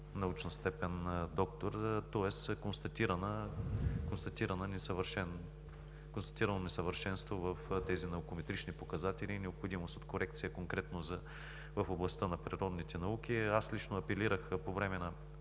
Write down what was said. научна степен „доктор“, тоест констатирано е несъвършенство в тези наукометрични показатели и е необходима корекция конкретно в областта на природните науки. Аз лично апелирах по време на